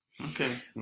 Okay